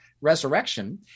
resurrection